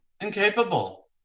Incapable